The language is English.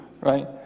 right